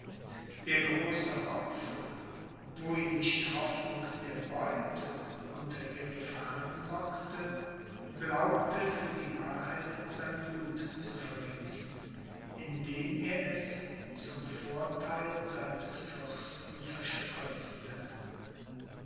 der große haufe wo ihn nicht hoffnung der beute unter ihre fahnen lockte glaubte für die wahrheit sein blut zu vergießen indem er es zum vortheil seines fürsten